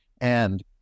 And-